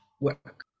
work